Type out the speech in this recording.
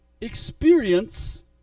experience